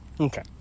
Okay